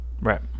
Right